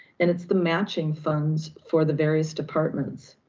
and it's the matching funds for the various departments.